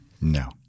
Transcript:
No